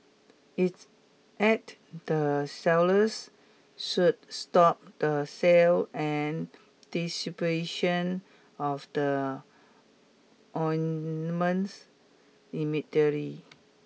it's added the sellers should stop the sale and distribution of the ointments immediately